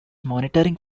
monitoring